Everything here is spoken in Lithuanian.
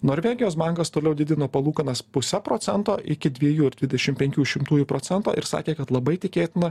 norvegijos bankas toliau didino palūkanas puse procento iki dviejų ir dvidešim penkių šimtųjų procento ir sakė kad labai tikėtina